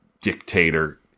dictator